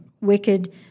wicked